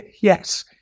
yes